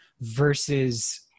versus